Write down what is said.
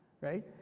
right